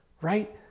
Right